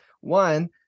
One